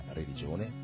religione